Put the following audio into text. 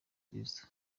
kristo